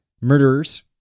Murderers